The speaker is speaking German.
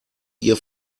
ihr